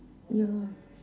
yeah